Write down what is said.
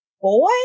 boy